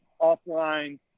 offline